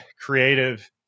creative